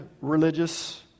religious